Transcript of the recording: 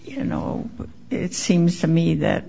you know it seems to me that